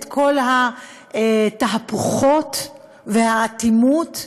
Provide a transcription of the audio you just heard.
את כל התהפוכות והאטימות.